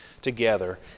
together